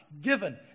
Given